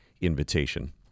invitation